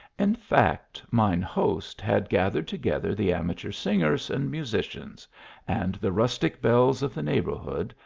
in fact, mine host had gathered together the amateur singers and musicians and the rustic belles of the neighbourhood,